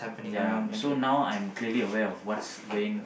ya so now I'm clearly of what's going